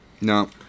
No